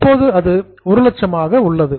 இப்போது அது 100000 ஆக உள்ளது